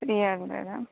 three హండ్రెడా